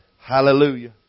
Hallelujah